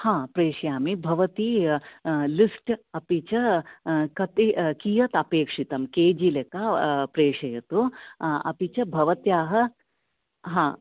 प्रेषयामि भवती लिस्ट् अपि च कति कियत् अपेक्षितं केजि लिख प्रेषयतु अपि च भवत्याः हां